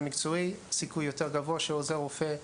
מקצועי יש סיכוי יותר גבוה לעוזר רופא.